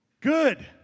Good